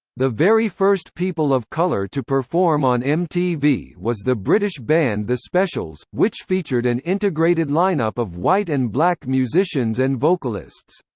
the very first people of color to perform on mtv was the british band the specials, which featured an integrated line-up of white and black musicians and vocalists.